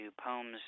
poems